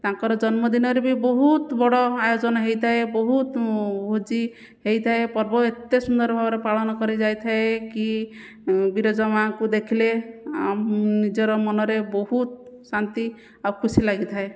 ତାଙ୍କର ଜନ୍ମଦିନରେ ବି ବହୁତ ବଡ଼ ଆୟୋଜନ ହୋଇଥାଏ ବହୁତ ଭୋଜି ହୋଇଥାଏ ପର୍ବ ଏତେ ସୁନ୍ଦର ଭାବରେ ପାଳନ କରାଯାଇଥାଏ କି ବିରଜା ମା'ଙ୍କୁ ଦେଖିଲେ ନିଜର ମନରେ ବହୁତ ଶାନ୍ତି ଆଉ ଖୁସି ଲାଗିଥାଏ